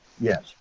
Yes